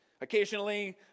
Occasionally